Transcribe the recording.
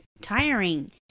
tiring